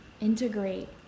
integrate